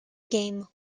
game